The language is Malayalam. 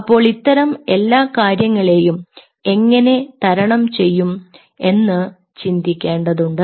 അപ്പോൾ ഇത്തരം എല്ലാ കാര്യങ്ങളെയും എങ്ങനെ തരണം ചെയ്യും എന്ന് ചിന്തിക്കേണ്ടതുണ്ട്